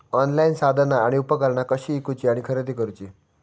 Online साधना आणि उपकरणा कशी ईकूची आणि खरेदी करुची?